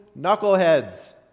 knuckleheads